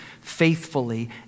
faithfully